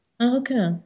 Okay